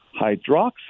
hydroxide